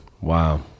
Wow